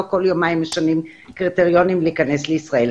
לא כל יומיים משנים קריטריונים להיכנס לישראל.